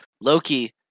Loki